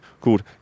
called